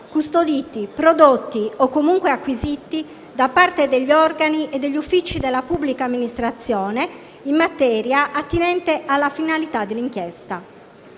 custoditi, prodotti, o comunque acquisiti da parte degli organi e degli uffici della pubblica amministrazione in materia attinente alle finalità dell'inchiesta.